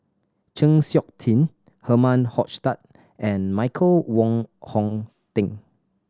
Chng Seok Tin Herman Hochstadt and Michael Wong Hong Teng